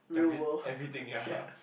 every everything ya